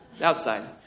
Outside